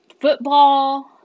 football